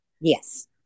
Yes